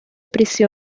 prisión